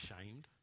ashamed